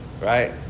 right